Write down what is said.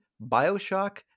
bioshock